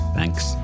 Thanks